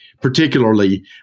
particularly